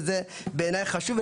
וזה בעיניי חשוב.